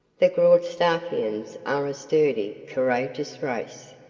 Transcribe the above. the graustarkians are a sturdy, courageous race.